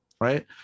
right